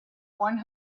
one